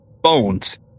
bones